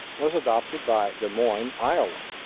was adopted by des moines, iowa.